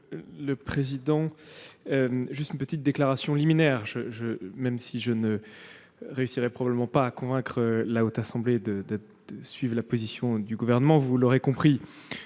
le président, permettez-moi une petite déclaration liminaire, même si je ne réussirai probablement pas à convaincre la Haute Assemblée de suivre la position du Gouvernement. Vous l'aurez compris,